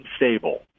unstable